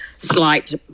slight